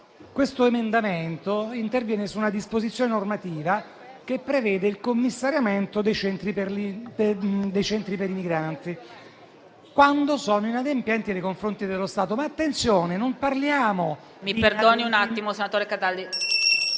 L'emendamento 6.5 interviene su una disposizione normativa che prevede il commissariamento dei centri per i migranti quando sono inadempienti nei confronti dello Stato;